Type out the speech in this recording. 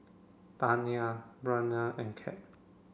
Tania Braiden and Cap